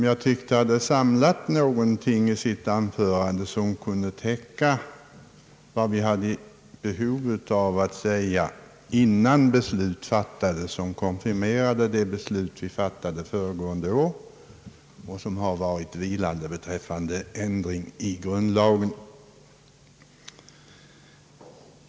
Jag tycker att han hade samlat någonting i sitt anförande som kunde täcka vad vi hade behov av att säga innan vi fattar ett beslut som konfirmerar det beslut om ändring av grundlagen vilket fattades föregående år och sedan varit vilande.